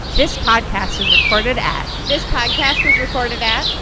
this podcast was recorded at. this podcast was recorded at.